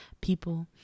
people